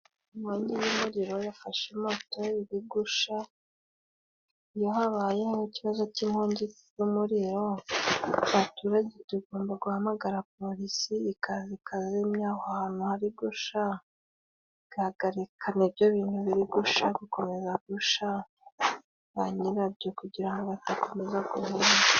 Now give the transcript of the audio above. Inkonjyi y'umuriro yafashe imoto iri gusha, iyo habaye ho ikibazo cy'inkongi y'umuriro mu baturage, tugomba guhamagara polisi, ikaza ikazimya aho hantu hari gusha, igahagarika n'ibyo bintu biri gusha kugira ngo bireke gukomeza gusha, ba nyira byo kugira ngo batakomeza guhomba.